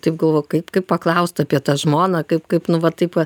taip galvoju kaip kaip paklaust apie tą žmoną kaip kaip nu va taip va